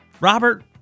Robert